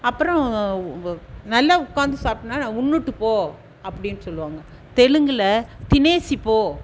அப்புறம் நல்லா உட்காந்து சாப்பிட்டனா நா உண்ணுவிட்டு போ அப்படின்னு சொல்லுவாங்க தெலுங்கில் தினேசி போ